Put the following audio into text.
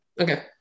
Okay